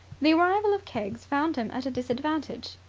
the arrival of keggs found him at a disadvantage.